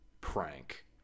prank